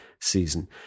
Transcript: season